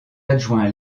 adjoint